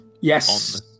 Yes